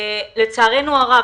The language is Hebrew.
לצערנו הרב,